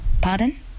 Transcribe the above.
Pardon